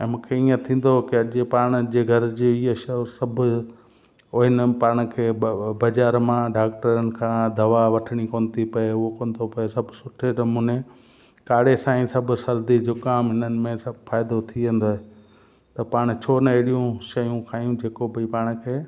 ऐं मूंखे ईअं थींदो कि अॼु पाण जे घर जी ईअं शइ सभु हो हिननि पाण खे बाज़ारि मां डॉक्टरनि खां दवा वठिणी कोन थी पए उहो कोन थो पए सभु सुठे नमूने काढ़े सां ई सभु सर्दी जुख़ाम हिननि में सभु फ़ाइदो थी वेंदो त पाण छो न अहिड़ियूं शयूं खायूं जेको भाई पाण खे